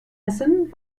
essen